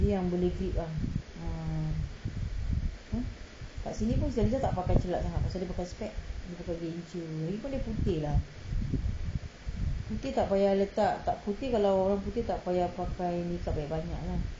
beli yang boleh grip ah ah kan kat sini pun siti nurhaliza tak pakai celak sangat sebab dia pakai specs dia pakai gincu jer lagipun dia putih lah putih tak payah letak putih kalau orang putih tak payah pakai makeup banyak-banyak